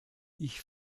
ich